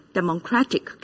democratic